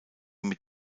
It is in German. mit